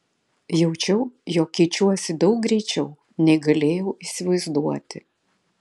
jaučiau jog keičiuosi daug greičiau nei galėjau įsivaizduoti